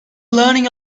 learning